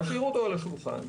להשאיר אותו על השולחן,